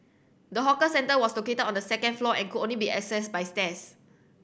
the hawker centre was located on the second floor and could only be accessed by stairs